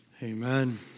Amen